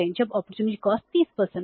जब opportunity cost 30 हो